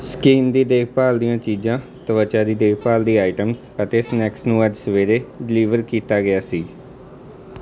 skin ਦੀ ਦੇਖ ਭਾਲ ਦੀਆਂ ਚੀਜ਼ਾਂ ਤਵਚਾ ਦੀ ਦੇਖ ਭਾਲ ਦੀ ਆਇਟਮਸ ਅਤੇ ਸਨੈਕਸ ਨੂੰ ਅੱਜ ਸਵੇਰੇ ਡਿਲੀਵਰ ਕੀਤਾ ਗਿਆ ਸੀ